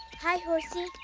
hi, horsey.